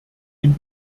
ihn